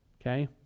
Okay